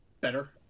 better